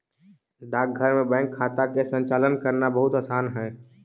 डाकघर में बैंक खाता के संचालन करना बहुत आसान हइ